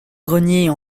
grenier